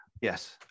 Yes